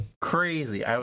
crazy